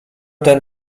ten